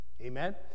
Amen